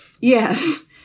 Yes